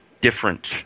different